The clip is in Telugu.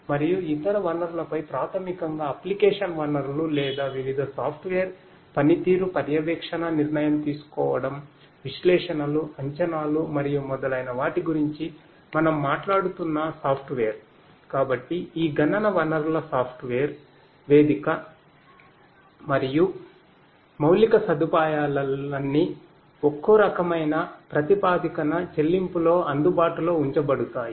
మరియు ఇతర వనరులపై ప్రాథమికంగా అప్లికేషన్ వనరులు లేదా వివిధ సాఫ్ట్వేర్ వేదిక మరియు మౌలిక సదుపాయాలన్నీ ఒక్కో రకమైన ప్రాతిపదికన చెల్లింపులో అందుబాటులో ఉంచబడతాయి